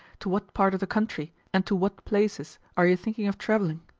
to what part of the country, and to what places, are you thinking of travelling?